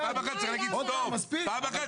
מספיק.